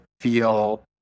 feel